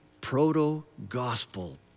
proto-gospel